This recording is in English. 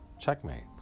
Checkmate